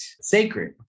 Sacred